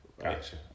Gotcha